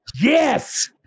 yes